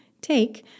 take